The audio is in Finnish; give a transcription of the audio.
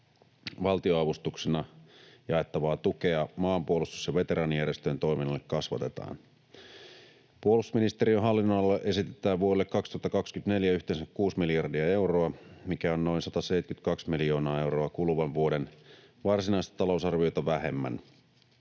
Valtionavustuksina jaettavaa tukea maanpuolustus- ja veteraanijärjestöjen toiminnalle kasvatetaan. Puolustusministeriön hallinnonalalle esitetään vuodelle 2024 yhteensä kuusi miljardia euroa, mikä on noin 172 miljoonaa euroa kuluvan vuoden varsinaista talousarviota vähemmän.